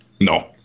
no